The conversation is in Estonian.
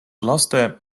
laste